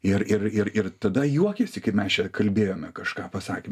ir ir ir ir tada juokėsi kai mes čia kalbėjom kažką pasakėm